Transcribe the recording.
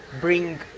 bring